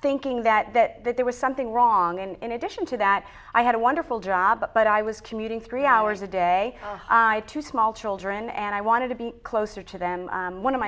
thinking that that that there was something wrong and in addition to that i had a wonderful job but i was commuting three hours a day to small children and i wanted to be closer to them one of my